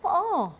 a'ah